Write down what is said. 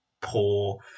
poor